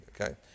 okay